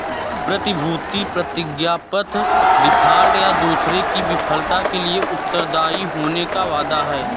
प्रतिभूति प्रतिज्ञापत्र डिफ़ॉल्ट, या दूसरे की विफलता के लिए उत्तरदायी होने का वादा है